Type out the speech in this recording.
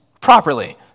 properly